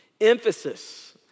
Emphasis